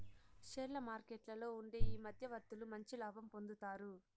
షేర్ల మార్కెట్లలో ఉండే ఈ మధ్యవర్తులు మంచి లాభం పొందుతారు